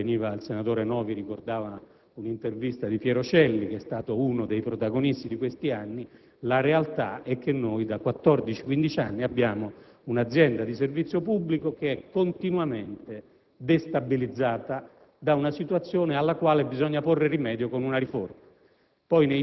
Prima il senatore Novi ricordava una intervista di Pierluigi Celli, che è stato uno dei protagonisti di questi anni; la realtà è che da quattordici o quindici anni abbiamo una azienda di servizio pubblico continuamente destabilizzata da una situazione alla quale bisogna porre rimedio con una riforma.